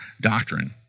doctrine